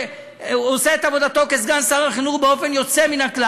והוא עושה את עבודתו כסגן שר החינוך באופן יוצא מן הכלל.